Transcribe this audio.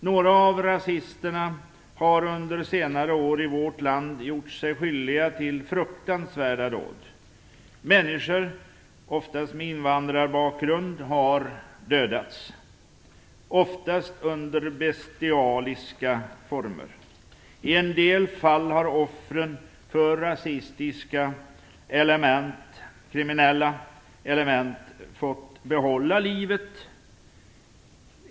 Några av rasisterna har under senare år i vårt land gjort sig skyldiga till fruktansvärda dåd. Människor, oftast med invandrarbakgrund, har dödats. Det har ofta skett under bestialiska former. I del fall har offren för rasistiska kriminella element fått behålla livet.